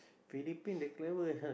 Philippine they clever sia